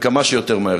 וכמה שיותר מהר.